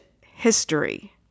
history